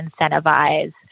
incentivize